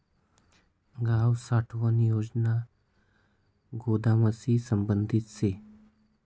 गाव साठवण योजना गोदामशी संबंधित शे